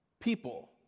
people